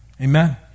Amen